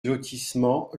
lotissement